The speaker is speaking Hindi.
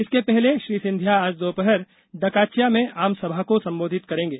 इसके पहले श्री सिंधिया आज दोपहर डकाच्या में आमसभा को संबोधित करेंगे